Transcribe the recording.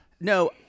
No